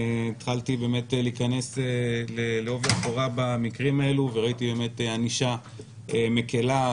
התחלתי באמת להיכנס לעובי הקורה במקרים האלו וראיתי באמת ענישה מקלה,